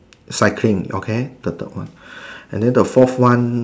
cycling okay the third one and then the fourth one